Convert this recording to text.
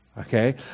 Okay